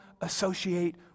associate